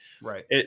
Right